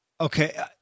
Okay